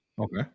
Okay